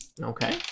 Okay